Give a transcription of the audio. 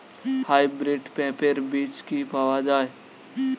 Hybrid পেঁপের বীজ কি পাওয়া যায়?